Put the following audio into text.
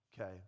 Okay